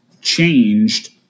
changed